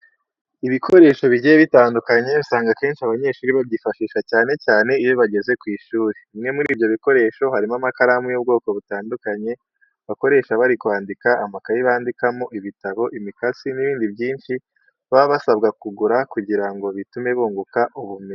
Ibikoresho bigiye bitandukanye usanga akenshi abanyeshuri babyifashisha cyane cyane iyo bageze ku ishuri. Bimwe muri byo bikoresho harimo amakaramu y'ubwoko butandukanye bakoresha bari kwandika, amakayi bandikamo, ibitabo, imikasi n'ibindi byinshi baba basabwa kugura kugira ngo bitume bunguka ubumenyi.